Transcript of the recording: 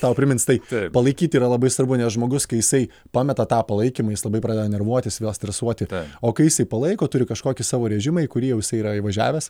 tau primins tai palaikyti yra labai svarbu nes žmogus kai jisai pameta tą palaikymą jis labai pradeda nervuotis vėl stresuoti o kai jisai palaiko turi kažkokį savo režimą į kurį jau jisai yra įvažiavęs